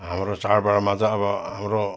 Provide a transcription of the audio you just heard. हाम्रो चाडबाडमा त अब हाम्रो